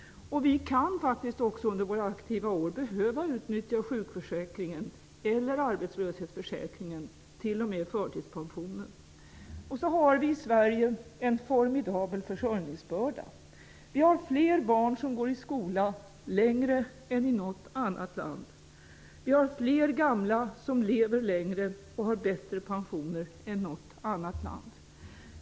Och vi kan faktiskt också under våra aktiva år behöva utnyttja sjukförsäkringen eller arbetslöshetsförsäkringen, till och med förtidspensionen. Vi har i Sverige en formidabel försörjningsbörda. Vi har fler barn som går i skola längre än i något annat land. Vi har fler gamla som lever längre och har bättre pensioner än något annat land.